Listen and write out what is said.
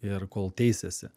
ir kol teisėsi